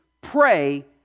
pray